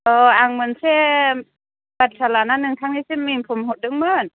औ आं मोनसे बाथ्रा लानानै नोथांनिसिम इनफर्म हरदोंमोन